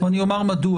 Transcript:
ואני אומר מדוע.